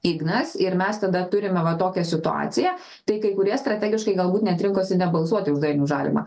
ignas ir mes tada turime va tokią situaciją tai kai kurie strategiškai galbūt net rinkosi nebalsuoti už dainių žalimą